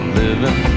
living